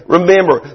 Remember